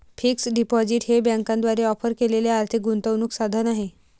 fixed deposit हे बँकांद्वारे offer केलेले आर्थिक गुंतवणूक साधन आहे